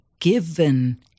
given